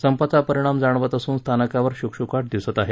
संपाचा परिणाम जाणवत असून स्थानकावर शुकशुकाट दिसत आहे